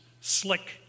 slick